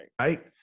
right